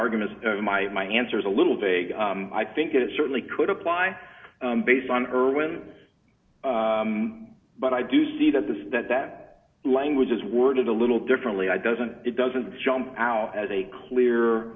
arguments my my answer is a little vague i think it certainly could apply based on erwin but i do see that this that that language is worded a little differently i doesn't it doesn't jump out as a clear